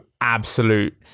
absolute